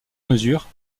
mesure